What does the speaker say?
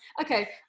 Okay